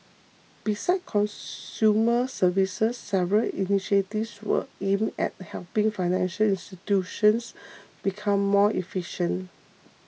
besides consumer services several initiatives were aimed at helping financial institutions become more efficient